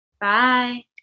Bye